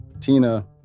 Tina